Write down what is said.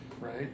Right